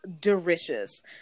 delicious